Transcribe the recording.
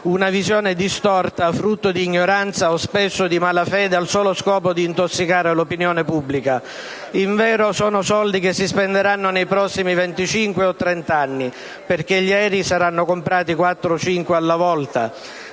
una visione distorta, frutto di ignoranza o, spesso, di malafede, al solo scopo di intossicare l'opinione pubblica. Invero, sono soldi che si spenderanno nei prossimi 25 o 30 anni, perché gli aerei saranno comprati quattro o cinque alla volta.